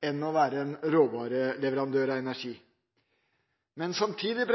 å være en råvareleverandør av energi. Samtidig